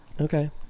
okay